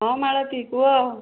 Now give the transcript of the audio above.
ହଁ ମାଳତୀ କୁହ